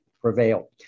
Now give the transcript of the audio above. prevail